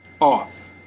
off